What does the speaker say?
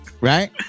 Right